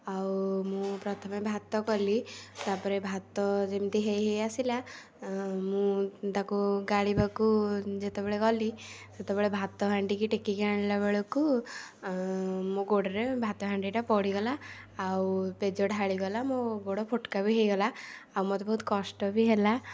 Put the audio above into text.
ଆଉ ମୁଁ ପ୍ରଥମେ ଭାତ କଲି ତାପରେ ଭାତ ଯେମିତି ହେଇ ହେଇ ଆସିଲା ମୁଁ ତାକୁ ଗାଳିବାକୁ ଯେତେବେଳେ ଗଲି ସେତେବେଳେ ଭାତହାଣ୍ଡିକି ଟେକିକି ଆଣିଲା ବେଳକୁ ମୋ ଗୋଡ଼ରେ ଭାତହାଣ୍ଡିଟା ପଡ଼ିଗଲା ଆଉ ପେଜ ଢାଳିଗଲା ମୋ ଗୋଡ଼ ଫୋଟକା ବି ହେଇଗଲା ଆଉ ମୋତେ ବହୁତ କଷ୍ଟ ବି ହେଲା